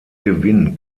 gewinn